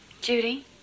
judy